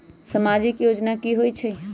समाजिक योजना की होई छई?